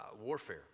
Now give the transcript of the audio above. warfare